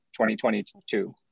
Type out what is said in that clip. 2022